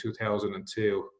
2002